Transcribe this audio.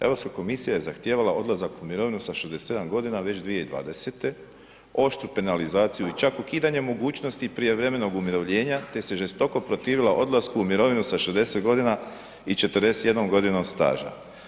Europska komisija je zahtijevala odlazak u mirovinu sa 67 g. već 2020., oštru penalizaciju i čak ukidanje mogućnosti prijevremenog umirovljenja te se žestoko protivila odlasku u mirovinu sa 60 godina i 41 g. staža.